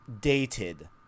dated